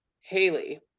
Haley